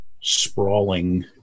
sprawling